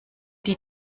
die